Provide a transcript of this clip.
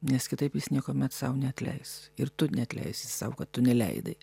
nes kitaip jis niekuomet sau neatleis ir tu neatleisi sau kad tu neleidai